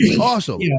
Awesome